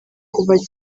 kuva